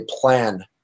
plan